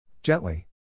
Gently